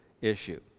issue